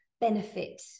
benefit